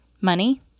money